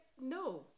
no